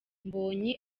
mbonyi